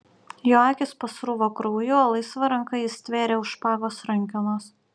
jo akys pasruvo krauju o laisva ranka jis stvėrė už špagos rankenos